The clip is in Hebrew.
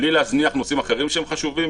בלי להזניח נושאים אחרים שהם חשובים.